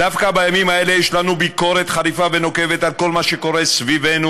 דווקא בימים האלה יש לנו ביקורת חריפה ונוקבת על כל מה שקורה סביבנו,